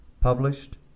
Published